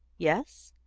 yes,